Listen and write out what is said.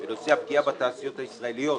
בנושא הפגיעה בתעשיות הישראליות